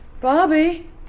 Bobby